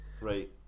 Right